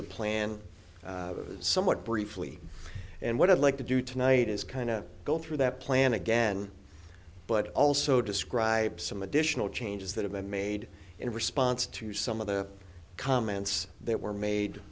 the plan somewhat briefly and what i'd like to do tonight is kind of go through that plan again but also describe some additional changes that have been made in response to some of the comments that were made